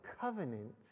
covenant